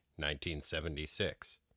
1976